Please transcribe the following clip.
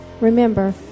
Remember